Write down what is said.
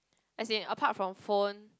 as in apart from phone